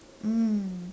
mm